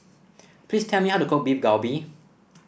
please tell me how to cook Beef Galbi